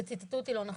וציטטו אותי לא נכון.